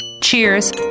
Cheers